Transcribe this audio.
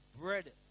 bread